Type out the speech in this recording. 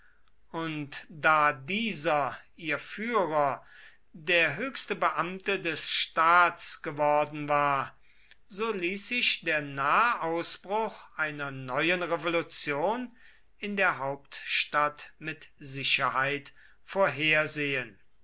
und da dieser ihr führer der höchste beamte des staats geworden war so ließ sich der nahe ausbruch einer neuen revolution in der hauptstadt mit sicherheit vorhersehen